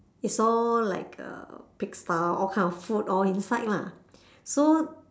it's all like uh pig style all kind of food all inside lah so